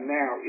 now